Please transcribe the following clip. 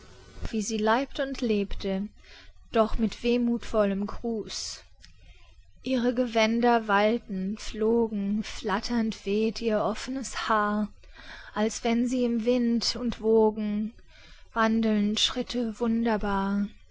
wie sie leibt und lebte doch mit wehmuthvollem gruß ihre gewänder wallten flogen flatternd weht ihr offnes haar als wenn sie in wind und wogen wandelnd schritte wunderbar